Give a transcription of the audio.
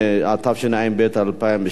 התשע"ב 2012,